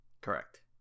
correct